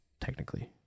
technically